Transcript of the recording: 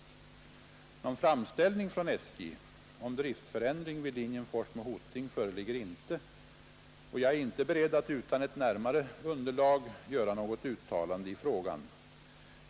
Någon framställning från SJ om driftförändring vid linjen Forsmo Hoting föreligger inte, och jag är inte beredd att utan ett närmare underlag göra något uttalande i frågan.